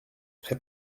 très